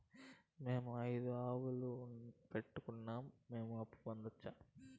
మేము ఐదు ఆవులని పెట్టుకున్నాం, మేము అప్పు పొందొచ్చా